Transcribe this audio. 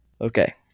okay